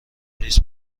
نیست